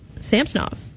Samsonov